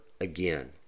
again